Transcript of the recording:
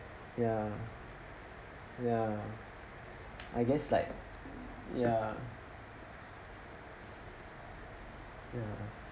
ya ya I guess like ya ya